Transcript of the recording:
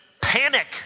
panic